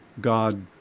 God